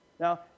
Now